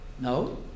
No